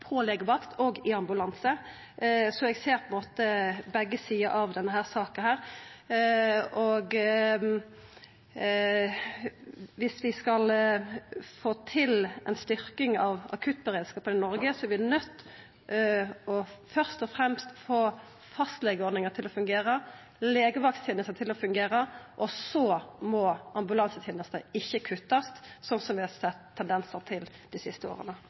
eg ser på ein måte begge sider av denne saka. Viss vi skal få til ei styrking av akuttberedskapen i Noreg, er vi først og fremst nøydde til å få fastlegeordninga til å fungera og legevakttenesta til å fungera, og så må ambulansetenesta ikkje kuttast, slik vi har sett tendensar til dei siste åra.